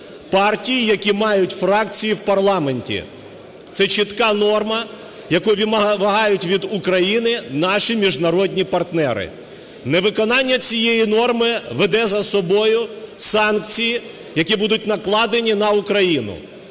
партій, які мають фракції в парламенті. Це чітка норма, яку вимагають від України наші міжнародні партнери, невиконання цієї норми веде за собою санкції, які будуть накладені на Україну.